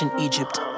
Egypt